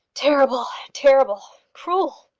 terrible, terrible! cruel,